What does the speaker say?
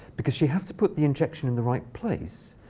because she has to put the injection in the right place.